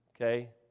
okay